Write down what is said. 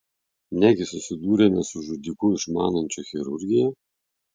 negi susidūrėme su žudiku išmanančiu chirurgiją